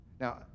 Now